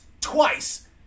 twice